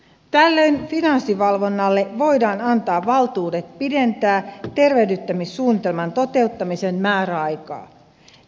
tällöin finanssivalvonnalle voidaan antaa valtuudet pidentää tervehdyttämissuunnitelman toteuttamisen määräaikaa